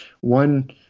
one